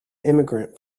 immigrant